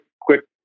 quick